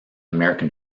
american